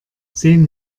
sehen